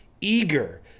eager